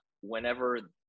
whenever